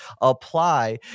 apply